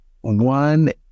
one